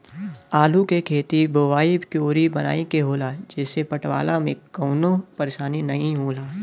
आलू के खेत के बोवाइ क्यारी बनाई के होला जेसे पटवला में कवनो परेशानी नाहीम होला